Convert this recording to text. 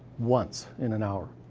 once. in an hour.